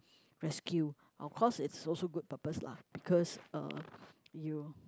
rescue of course it's also good purpose lah because uh you